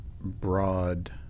broad